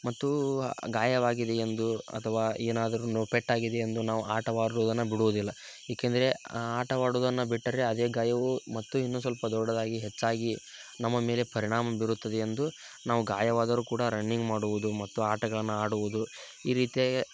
ಮತ್ತು ಗಾಯವಾಗಿದೆ ಎಂದು ಅಥವಾ ಏನಾದರು ಪೆಟ್ಟಾಗಿದೆಯೆಂದು ನಾವು ಆಟವಾಡೋದನ್ನ ಬಿಡುವುದಿಲ್ಲ ಏಕೆಂದರೆ ಆಟವಾಡೋದನ್ನ ಬಿಟ್ಟರೆ ಅದೇ ಗಾಯವು ಮತ್ತು ಇನ್ನೂ ಸ್ವಲ್ಪ ದೊಡ್ಡದಾಗಿ ಹೆಚ್ಚಾಗಿ ನಮ್ಮ ಮೇಲೆ ಪರಿಣಾಮ ಬೀರುತ್ತದೆ ಎಂದು ನಾವು ಗಾಯವಾದರು ಕೂಡ ರನ್ನಿಂಗ್ ಮಾಡುವುದು ಮತ್ತು ಆಟಗಳನ್ನು ಆಡುವುದು ಈ ರೀತಿಯ